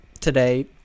today